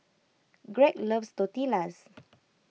Gregg loves Tortillas